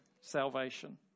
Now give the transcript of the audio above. salvation